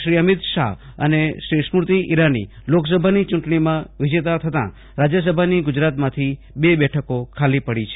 શ્રી અમિત શાહ અને શ્રી સ્મૃતિ ઇરાની લોકસભાની ચૂંટણીમાં વિજેતા થતાં રાજ્યસભાની ગુજરાતમાંથી બે બેઠકો ખાલી પડી છે